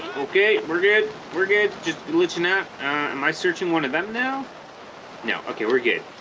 okay we're good we're good just glitching out ah am i searching one of them now no okay we're good